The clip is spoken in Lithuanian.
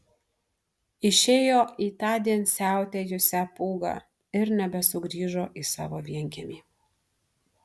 išėjo į tądien siautėjusią pūgą ir nebesugrįžo į savo vienkiemį